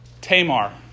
Tamar